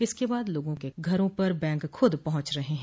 इसके बाद लोगों के घरों पर बैंक खुद पहुंच रहे हैं